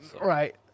Right